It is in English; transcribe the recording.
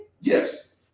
Yes